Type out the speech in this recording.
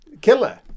killer